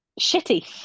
shitty